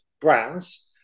brands